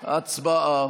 הצבעה.